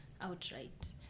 outright